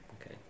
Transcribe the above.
okay